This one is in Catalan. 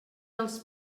dels